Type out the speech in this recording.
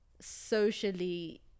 socially